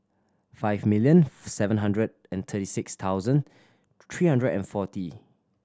five million seven hundred and thirty six thousand three hundred and forty